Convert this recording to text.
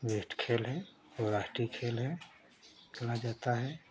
best खेल है राष्ट्रीय खेल है खेला जाता है